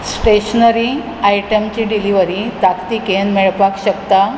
stationery आयटमची delivery ताकतिकेन मेळपाक शकता